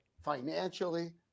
financially